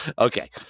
Okay